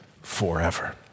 forever